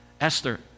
Esther